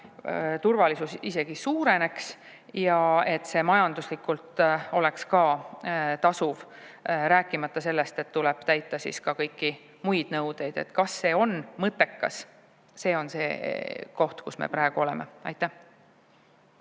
et turvalisus isegi suureneks ja et see majanduslikult oleks ka tasuv. Rääkimata sellest, et tuleb täita kõiki muid nõudeid. Kas see on mõttekas – see on see koht, kus me praegu oleme. Tõnis